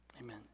amen